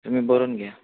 तुमी बरोन घया